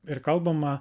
ir kalbama